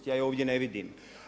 Ja ju ovdje ne vidim.